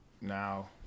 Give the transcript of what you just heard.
now